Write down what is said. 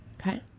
Okay